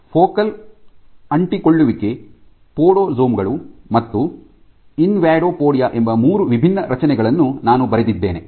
focal ಅಂಟಿಕೊಳ್ಳುವಿಕೆ podosome ಗಳು ಮತ್ತು ಇನ್ವಾಡೋಪೊಡಿಯಾ ಎಂಬ ಮೂರು ವಿಭಿನ್ನ ರಚನೆಗಳನ್ನು ನಾನು ಬರೆದಿದ್ದೇನೆ